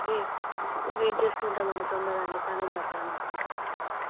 వె వెయిట్ చేస్తుంటామండి తొందరరండి పనుందక్కడ మాకు